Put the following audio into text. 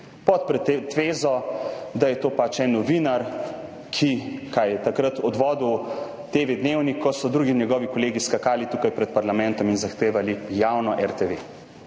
pod pretvezo, da je to pač en novinar, ki je odvodil TV Dnevnik, takrat ko so drugi njegovi kolegi skakali tukaj pred parlamentom in zahtevali javno RTV.